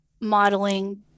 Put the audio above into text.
modeling